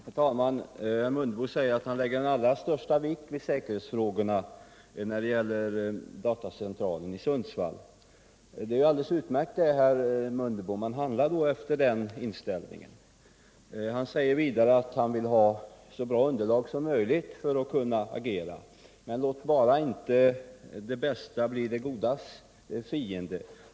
Herr talman! Herr Mundebo säger att han lägger den allra största vikt vid säkerhetsfrågorna när det gäller datacentralen i Sundsvall. Det är ju alldeles utmärkt, herr Mundebo, men handla då efter den inställningen! Han säger vidare att han vill ha ett så bra underlag som möjligt för att kunna agera. Men låt bara inte det bästa bli det godas fiende!